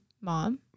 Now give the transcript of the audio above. mom